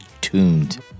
tuned